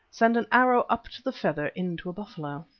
send an arrow up to the feather into a buffalo.